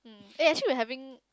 mm eh actually we're having